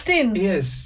Yes